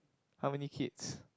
how many kids